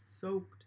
soaked